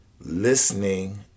listening